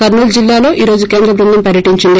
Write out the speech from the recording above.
కర్నూలు జిల్లాలో ఈ రోజు కేంద్ర బృందం పర్యట్టించింది